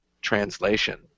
translation